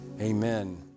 amen